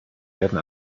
werden